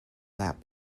that